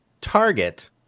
Target